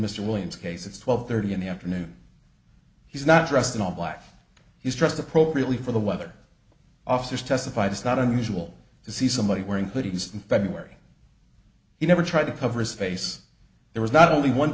mr williams case it's twelve thirty in the afternoon he's not dressed in all black he's dressed appropriately for the weather officers testified it's not unusual to see somebody wearing hoodies in february he never tried to cover his face there was not only one